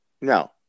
No